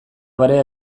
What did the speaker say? barea